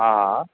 हा